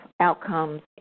outcomes